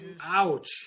Ouch